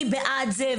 אני בעד זה.